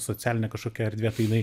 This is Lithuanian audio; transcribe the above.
socialinė kažkokia erdvė tai jinai